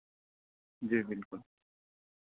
جی بالکل